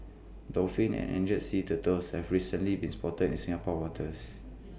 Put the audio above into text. dolphins and endangered sea turtles have recently been spotted in Singapore's waters